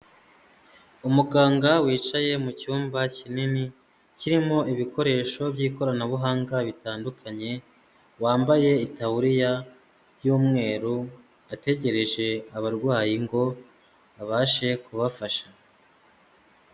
Umuganga wicaye mucyumba kinini kirimo ibikoresho by'ikoranabuhanga bitandukanye wambaye itaburiya y'umweru ategereje abarwayi ngo abashe kubafasha.